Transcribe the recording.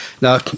Now